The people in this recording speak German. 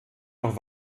noch